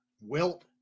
Wilt